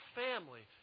family